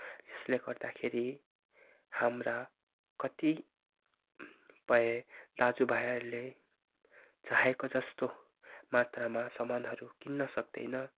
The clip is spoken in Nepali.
यसले गर्दाखेरि हाम्रा कतिपय दाजु भाइहरूले चाहेको जस्तो मात्रामा सामानहरू किन्न सक्दैन